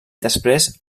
després